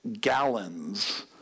gallons